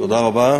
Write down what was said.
תודה רבה.